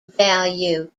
value